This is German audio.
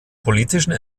politischem